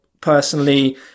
personally